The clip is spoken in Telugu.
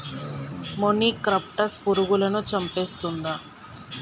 మొనిక్రప్టస్ పురుగులను చంపేస్తుందా?